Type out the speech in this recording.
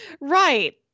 Right